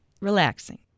relaxing